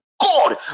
God